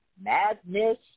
madness